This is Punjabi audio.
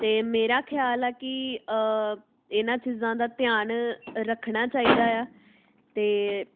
ਅਤੇ ਮੇਰਾ ਖਿਆਲ ਹੈ ਕਿ ਇਹਨਾਂ ਚੀਜ਼ਾਂ ਦਾ ਧਿਆਨ ਰੱਖਣਾ ਚਾਹੀਦਾ ਆ ਅਤੇ